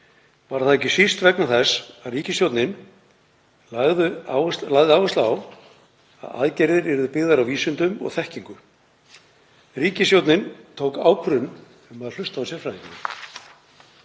Var það ekki síst vegna þess að ríkisstjórnin lagði áherslu á að aðgerðir yrðu byggðar á vísindum og þekkingu. Ríkisstjórnin tók ákvörðun um að hlusta á sérfræðingana